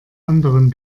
anderen